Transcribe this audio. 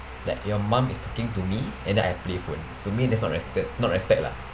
like your mum is talking to me and then I play phone to me that's not respe~ not respect lah